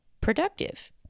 productive